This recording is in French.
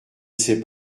sais